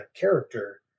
character